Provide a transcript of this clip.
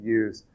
use